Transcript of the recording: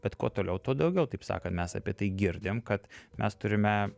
bet kuo toliau tuo daugiau taip sakant mes apie tai girdim kad mes turime